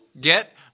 get